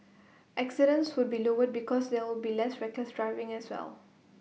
accidents would be lowered because they'll be less reckless driving as well